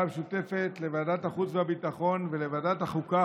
המשותפת לוועדת החוץ והביטחון ולוועדת החוקה,